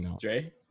Dre